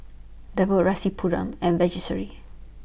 Devi Rasipuram and Verghese